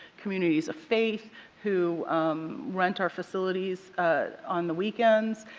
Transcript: communities of faith who rent our facilities on the weekends.